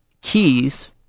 keys